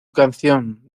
canción